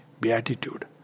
Beatitude